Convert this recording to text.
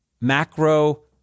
macro